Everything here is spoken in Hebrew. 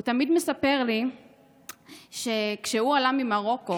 הוא תמיד מספר לי שכשהוא עלה ממרוקו,